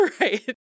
Right